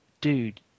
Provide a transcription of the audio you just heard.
dude